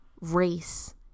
race